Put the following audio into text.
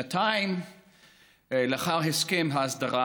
שנתיים לאחר הסכם ההסדרה,